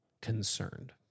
concerned